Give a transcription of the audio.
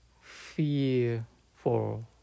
fearful